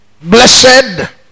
Blessed